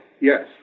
Yes